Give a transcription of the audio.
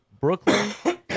Brooklyn